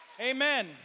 Amen